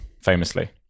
famously